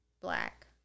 black